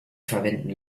verwenden